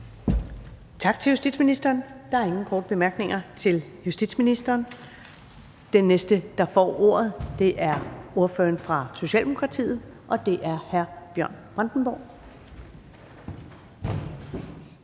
Tak til justitsministeren. Der er ingen korte bemærkninger. Den næste, der får ordet, er ordføreren fra Socialdemokratiet, hr. Bjørn Brandenborg.